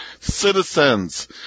Citizens